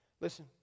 Listen